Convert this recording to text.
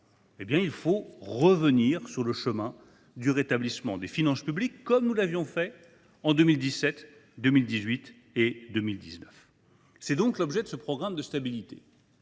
faut revenir sur le chemin du rétablissement des finances publiques, comme nous l’avions fait en 2017, 2018 et 2019. Tel est l’objet de ce programme de stabilité,